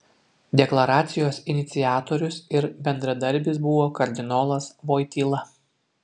deklaracijos iniciatorius ir bendradarbis buvo kardinolas voityla